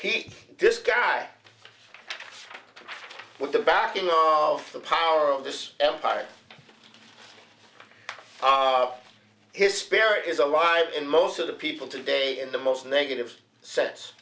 he this guy with the backing of the power of this empire of his spirit is alive in most of the people today in the most negative sense